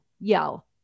yell